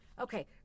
Okay